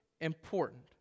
important